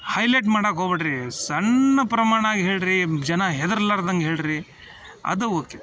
highlight ಮಾಡೋಕೆ ಹೋಗ್ಬೇಡ್ರಿ ಸಣ್ಣ ಪ್ರಮಾಣಾಗ ಹೇಳಿ ರೀ ಜನ ಹೆದರ್ಲಾರ್ದಂಗೆ ಹೇಳಿ ರೀ ಅದು ಓಕೆ